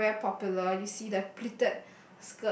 very very popular you see the pleated